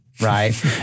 right